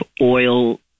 oil